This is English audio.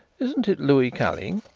isn't it louis calling?